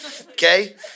okay